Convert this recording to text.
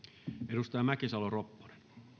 arvoisa